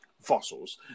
fossils